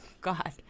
god